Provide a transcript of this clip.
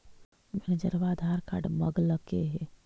मैनेजरवा आधार कार्ड मगलके हे?